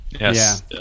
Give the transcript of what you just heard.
Yes